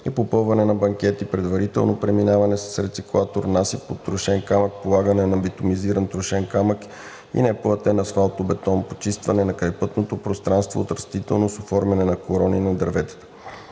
и попълване на банкети, предварително преминаване с рециклатор, насип от трошен камък, полагане на битовизиран трошен камък и неплътен асфалтобетон, почистване на крайпътното пространство от растителност и оформяне на корони на дървета.